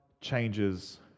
changes